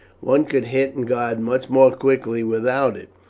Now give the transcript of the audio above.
one could hit and guard much more quickly without it.